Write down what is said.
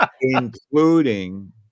Including